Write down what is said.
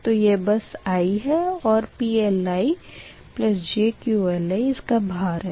तो यह बस i है और PLijQLi इसका भार है